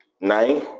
nine